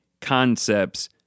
concepts